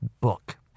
book